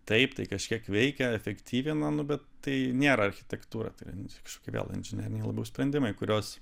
taip tai kažkiek veikia efektyvina nu bet tai nėra architektūrą tai kažkokia vėl inžineriniai sprendimai kuriuos